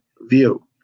view